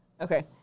Okay